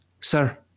sir